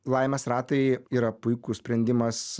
laimės ratai yra puikus sprendimas